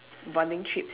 bonding trips